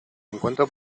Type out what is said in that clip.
encuentro